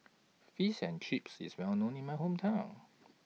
Fish and Chips IS Well known in My Hometown